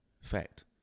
fact